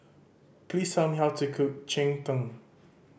please tell me how to cook cheng tng